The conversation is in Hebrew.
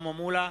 שלמה מולה,